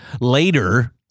later